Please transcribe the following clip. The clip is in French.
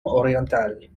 orientales